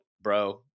bro